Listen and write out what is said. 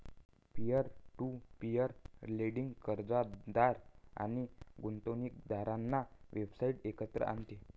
peer to peer lending कर्जदार आणि गुंतवणूकदारांना वेबसाइटवर एकत्र आणते